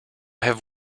have